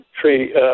tree